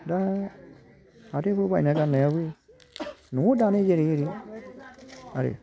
दा हाथाइयावबो बायना गाननायाबो न'आव दानाय जेरै एरै आरो